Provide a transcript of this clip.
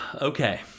Okay